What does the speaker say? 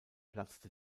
platzte